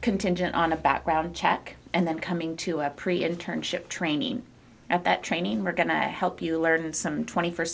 contingent on a background check and then coming to a pre internship training at that training we're going to help you learn some twenty first